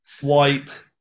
White